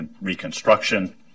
reconstruction